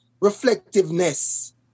reflectiveness